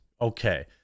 okay